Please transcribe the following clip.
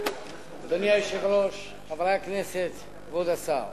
אדוני היושב-ראש, חברי הכנסת, כבוד השר,